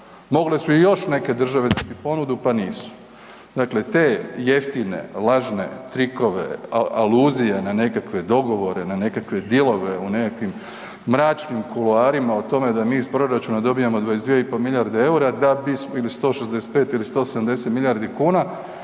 Mogle su i još neke države dati ponudi pa nisu. Dakle te jeftine, lažne trikove, aluzije na nekakve dogovore, na nekakve dilove u nekakvim mračnim kuloarima o tome da mi iz proračuna dobijamo 22,5 milijarde eura da bi ili 165 ili 170 milijardi kuna